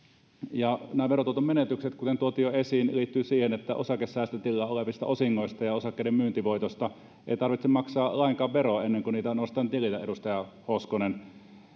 ja nämä verotuoton menetykset kuten tuotiin jo esiin liittyvät siihen että osakesäästötileillä olevista osingoista ja osakkeiden myyntivoitosta ei tarvitse maksaa lainkaan veroa ennen kuin niitä on nostanut tililtä edustaja hoskonen